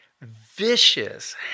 vicious